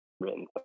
written